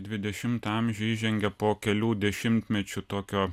dvidešimtą amžių įžengia po kelių dešimtmečių tokio